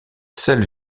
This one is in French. seule